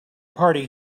party